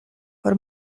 por